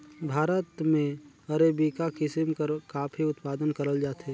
भारत में अरेबिका किसिम कर काफी उत्पादन करल जाथे